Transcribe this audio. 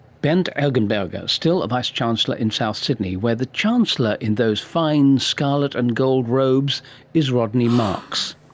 bernd eggenberger, still vice chancellor in south sydney where the chancellor in those fine scarlet and golden robes is rodney marks